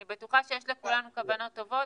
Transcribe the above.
אני בטוחה שיש לכולנו כוונות טובות,